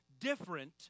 different